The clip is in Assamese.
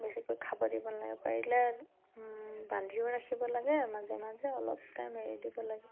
বেছিকৈ খাব দিব নালাগে পাৰিলে বান্ধিও ৰাখিব লাগে মাজে মাজে অলপ টাইম এৰি দিব লাগে